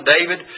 David